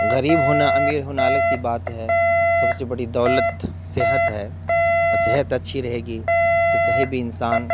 غریب ہونا امیر ہونا الگ سی بات ہے سب سے بڑی دولت صحت ہے اور صحت اچھی رہے گی تو کہیں بھی انسان